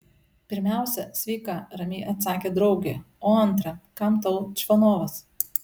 pirmiausia sveika ramiai atsakė draugė o antra kam tau čvanovas